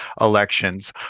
elections